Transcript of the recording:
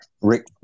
Rick